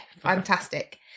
fantastic